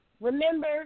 remember